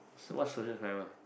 so what social climber